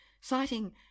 Citing